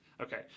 Okay